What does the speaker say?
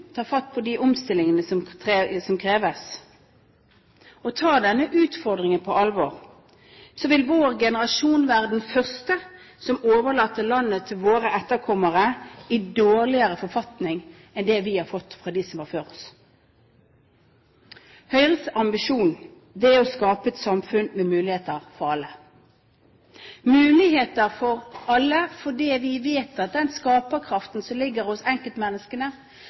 ta fremtidsutfordringene på alvor, ikke bare tilby nye ting hvert eneste år og i hver valgkamp, men hvordan de klarer å forberede landet på de utfordringer som kommer fremover. Hvis ikke vi nå tar fatt på de omstillingene som kreves, og tar denne utfordringen på alvor, vil vår generasjon være den første som overlater landet til våre etterkommere i dårligere forfatning enn det vi har fått fra dem som var før oss. Høyres ambisjon er